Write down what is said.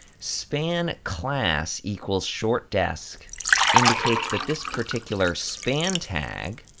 span class equals short-desc indicates that this particular span tag